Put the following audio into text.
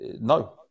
No